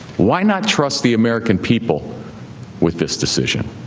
why not trust the american people with this decision?